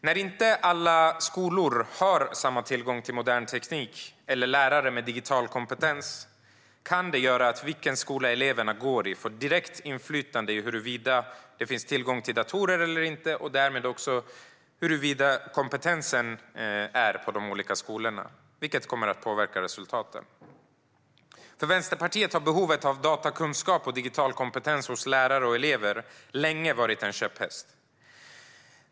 När inte alla skolor har samma tillgång till modern teknik eller lärare med digital kompetens kan det göra att vilken skola eleverna går i får ett direkt inflytande över huruvida det finns tillgång till datorer eller inte och därmed också hur kompetensen är på de olika skolorna, vilket kommer att påverka resultaten. För Vänsterpartiet har behovet av datakunskap och digital kompetens hos lärare och elever länge varit en käpphäst.